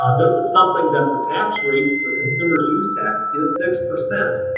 um this is something that the tax rate for consumer's use tax is six percent.